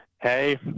hey